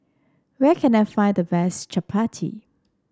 where can I find the best chappati